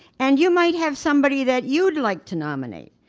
and you might have somebody that you'd like to nominate.